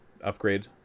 upgrade